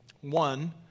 One